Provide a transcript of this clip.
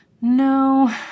No